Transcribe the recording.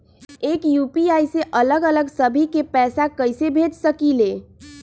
एक यू.पी.आई से अलग अलग सभी के पैसा कईसे भेज सकीले?